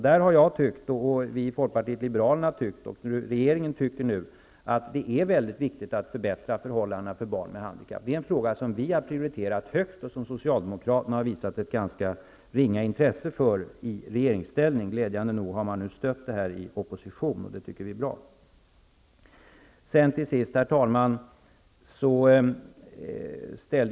Där har vi i Folkpartiet liberalerna tyckt -- och regeringen tycker nu -- att det är mycket viktigt att förbättra förhållandena för barn med handikapp. Det är en fråga som vi har prioriterat högt. Socialdemokraterna har visat ett ganska ringa intresse för den frågan i regeringsställning. Glädjande nog har man stött den prioriteringen i opposition. Det tycker vi är bra. Herr talman!